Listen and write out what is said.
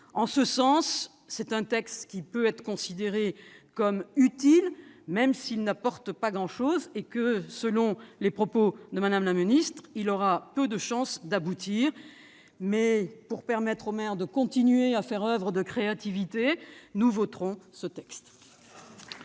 En ce sens, il peut être considéré comme utile, même s'il n'apporte pas grand-chose et que, selon les propos de Mme la ministre, il a peu de chance d'aboutir. Pour permettre aux maires de continuer à faire oeuvre de créativité, nous le voterons ! Très